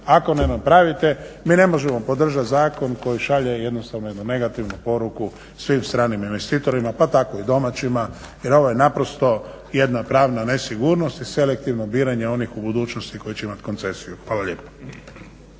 Ako ne napravite mi ne možemo podržati zakon koji šalje jednostavno jednu negativnu poruku svim stranim investitorima pa tako i domaćima jer ovo je naprosto jedna pravna nesigurnost i selektivno biranje onih u budućnosti koji će imati koncesiju. Hvala lijepo.